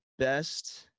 best